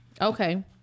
Okay